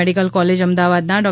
medical college અમદાવાદના ડો